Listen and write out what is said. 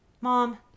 mom